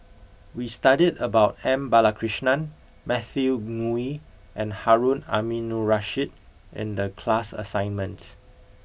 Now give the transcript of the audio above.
we studied about M Balakrishnan Matthew Ngui and Harun Aminurrashid in the class assignment